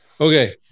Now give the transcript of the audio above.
Okay